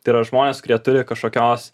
tai yra žmonės kurie turi kažkokios